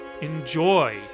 Enjoy